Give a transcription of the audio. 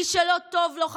מי שלא טוב לו,